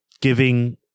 giving